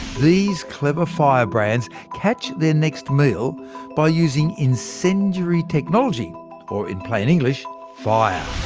these clever firebrands catch their next meal by using incendiary technology or in plain english, fire.